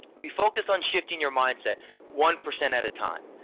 we focused on shifting your mindset one percent at a time.